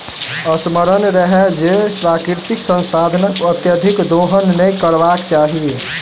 स्मरण रहय जे प्राकृतिक संसाधनक अत्यधिक दोहन नै करबाक चाहि